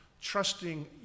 trusting